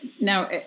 Now